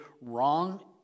wrong